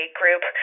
group